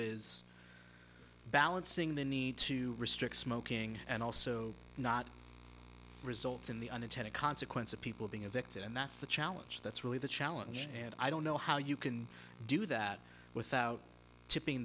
is balancing the need to restrict smoking and also not results in the unintended consequence of people being addicted and that's the challenge that's really the challenge and i don't know how you can do that without tipping